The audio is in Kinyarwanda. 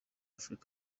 afurika